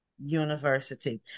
University